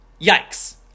yikes